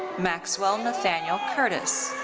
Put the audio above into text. maxwell nathaniel curtis.